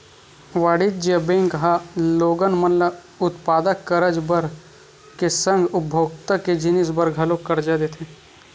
वाणिज्य बेंक ह लोगन मन ल उत्पादक करज बर के संग उपभोक्ता के जिनिस बर घलोक करजा देथे